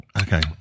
Okay